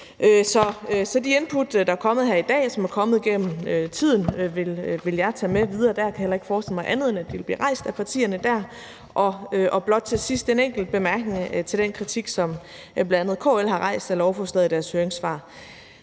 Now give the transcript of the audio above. Så de input, der er kommet her i dag, og som er kommet gennem tiden, vil jeg tage med videre, og jeg kan heller ikke forestille mig andet, end at de også vil blive rejst af partierne. Til sidst vil jeg blot komme med en enkelt bemærkning til den kritik, som bl.a. KL har rejst af lovforslaget i deres høringssvar.